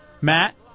Matt